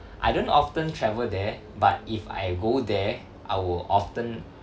I don't often travel there but if I go there I will often